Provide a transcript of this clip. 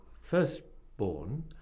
firstborn